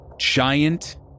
giant